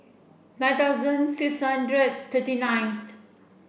nine thousand six hundred thirty ninth